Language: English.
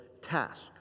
task